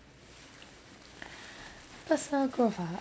personal growth ah